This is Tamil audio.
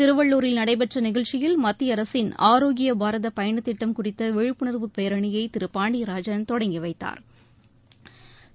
திருவள்ளூரில் நடைபெற்ற நிகழ்ச்சியில் மத்திய அரசின் ஆரோக்கிய பாரதப் பயணத் திட்டம் குறித்த விழிப்புணா்வு பேரணியை திரு பாண்டியராஜன் தொடங்கி வைத்தாா்